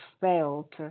felt